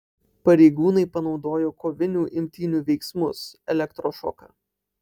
pareigūnai panaudojo kovinių imtynių veiksmus elektrošoką